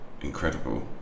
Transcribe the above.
incredible